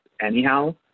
anyhow